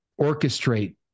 orchestrate